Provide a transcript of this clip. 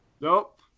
Nope